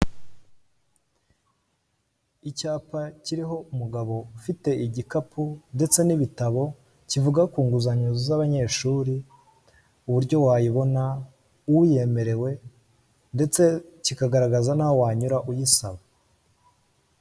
Icyapa kiriho umugabo ufite igikapu ndetse n'ibitabo kivuga ku nguzanyo z'abanyeshuri, uburyo wayibona uyemerewe, ndetse kikagaragaza n'aho wanyura uyisaba.